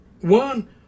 One